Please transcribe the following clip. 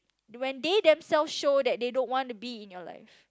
when they themselves show that they don't want to be in your life